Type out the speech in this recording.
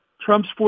Trump's